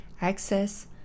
access